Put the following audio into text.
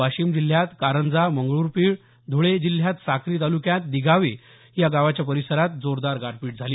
वाशिम जिल्ह्यात कारंजा मंगरुळपिर धुळे जिल्ह्यात साक्री तालुक्यात दिघावे गावाच्या परीसरात जोरदार गारपीट झाली